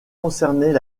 concernaient